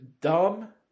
dumb